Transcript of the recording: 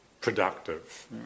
productive